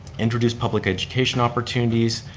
introduce public education opportunities.